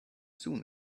soon